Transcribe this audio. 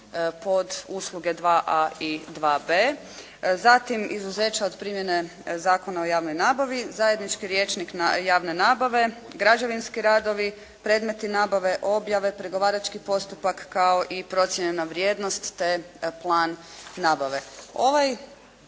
pod usluge 2.a i 2.b., zatim izuzeća od primjene Zakona o javnoj nabavi, zajednički rječnik na javne nabave, građevinski radovi, predmeti nabave, objave, pregovarački postupak kao i procijenjena vrijednost te plan nabave.